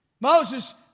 Moses